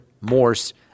Morse